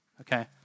okay